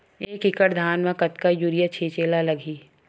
एक एकड़ धान में कतका यूरिया छिंचे ला लगही?